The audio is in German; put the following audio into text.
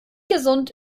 gesund